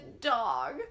dog